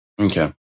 Okay